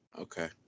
Okay